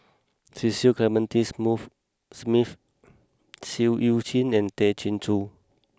Cecil Clementi smooth Smith Seah Eu Chin and Tay Chin Joo